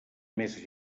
més